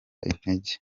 intege